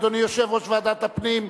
אדוני יושב-ראש ועדת הפנים,